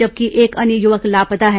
जबकि एक अन्य युवक लापता है